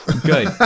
good